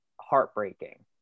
heartbreaking